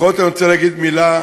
בכל זאת אני רוצה להגיד מילה.